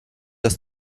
dass